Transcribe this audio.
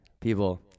people